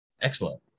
Excellent